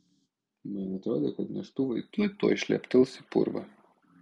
man atrodė kad neštuvai tuoj tuoj šleptels į purvą